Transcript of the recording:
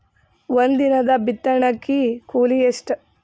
ಒಂದಿನದ ಬಿತ್ತಣಕಿ ಕೂಲಿ ಎಷ್ಟ?